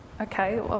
okay